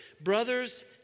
Brothers